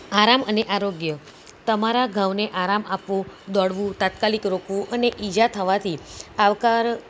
આરામ અને આરોગ્ય તમારા ઘાવને આરામ આપો દોડવું તાત્કાલિક રોકવું અને ઈજા થવાથી આવકાર